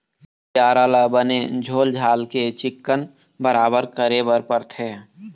बियारा ल बने छोल छाल के चिक्कन बराबर करे बर परथे